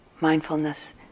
mindfulness